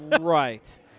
Right